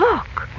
Look